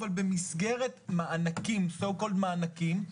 אבל במסגרת so called מענקים,